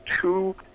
two